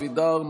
אבידר,